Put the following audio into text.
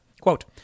quote